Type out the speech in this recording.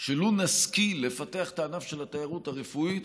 שלו נשכיל לפתח את הענף של התיירות הרפואית,